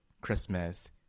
Christmas